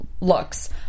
looks